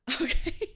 Okay